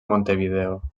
montevideo